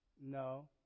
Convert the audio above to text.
No